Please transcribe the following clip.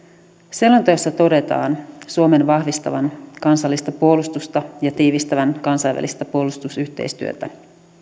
selonteossa todetaan suomen vahvistavan kansallista puolustusta ja tiivistävän kansainvälistä puolustusyhteistyötä